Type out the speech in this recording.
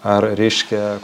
ar reiškia